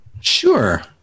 Sure